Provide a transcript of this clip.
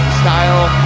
style